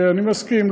אני מסכים,